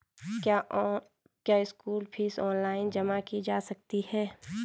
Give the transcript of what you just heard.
क्या school fees online जमा की जा सकती है?